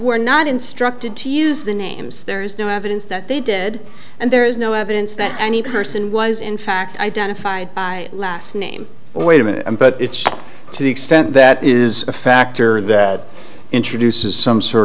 were not instructed to use the names there is no evidence that they did and there is no evidence that any person was in fact identified by last name but it's to the extent that is a factor that introduces some sort